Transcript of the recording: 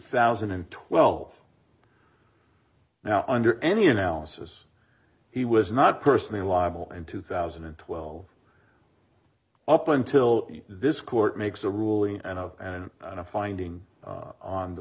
thousand and twelve now under any analysis he was not personally liable in two thousand and twelve up until this court makes a ruling and on and on a finding on the